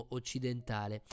occidentale